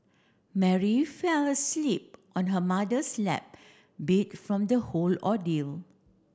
Mary fell asleep on her mother's lap beat from the whole ordeal